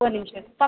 ஒரு நிமிஷம் இருங்க